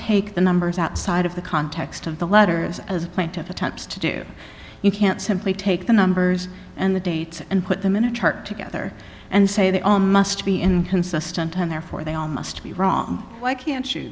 take the numbers outside of the context of the letters as a plaintiff attempts to do you can't simply take the numbers and the date and put them in a chart together and say they must be inconsistent and therefore they all must be wrong why can't you